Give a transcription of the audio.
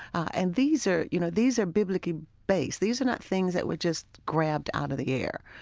and these are you know these are biblically based. these are not things that were just grabbed out of the air.